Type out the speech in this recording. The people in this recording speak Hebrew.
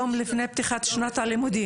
זה יום לפני פתיחת שנת הלימודים.